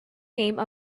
came